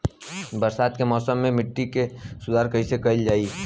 बरसात के मौसम में मिट्टी के सुधार कइसे कइल जाई?